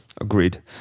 Agreed